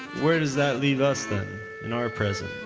where does that leave us then, in our present?